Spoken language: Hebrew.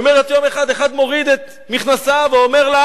אומרת: יום אחד, אחד מוריד את מכנסיו ואומר לה